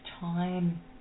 time